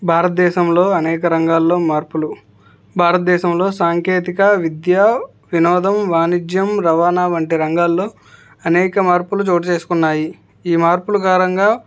భారతదేశంలో అనేక రంగాల్లో మార్పులు భారతదేశంలో సాంకేతిక విద్య వినోదం వాణిజ్యం రవాణా వంటి రంగాల్లో అనేక మార్పులు చోటు చేసుకున్నాయి ఈ మార్పుల కారణంగా